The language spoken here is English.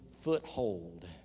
foothold